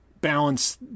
balance